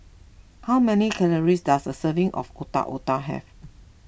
how many calories does a serving of Otak Otak have